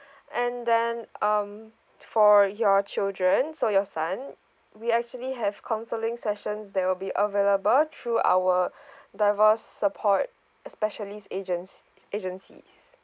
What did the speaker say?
and then um for your children so your son we actually have counselling sessions that will be available through our divorce support specialists agents agencies